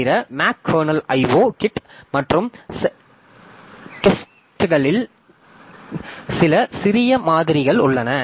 தவிர Mac kernel IO kit மற்றும் கெக்ஸ்ட்களில் சில சிறிய மாதிரிகள் உள்ளன